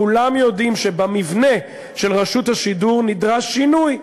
כולם יודעים שבמבנה של רשות השידור נדרש שינוי.